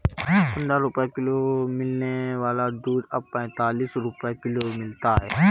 पंद्रह रुपए किलो मिलने वाला दूध अब पैंतालीस रुपए किलो मिलता है